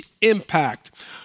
impact